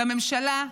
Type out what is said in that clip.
בממשלה,